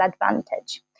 advantage